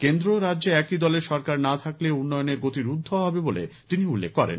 কেন্দ্র ও রাজ্যে একই দলের সরকার না থাকলে উন্নয়নের গতি রুদ্ধ হবে বলে তিনি উল্লেখ করেন